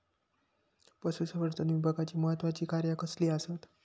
पशुसंवर्धन विभागाची महत्त्वाची कार्या कसली आसत?